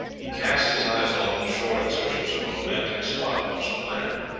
he cast his eyes along the shore in search of some romantic spot on which to land.